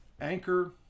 anchor